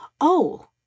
Oh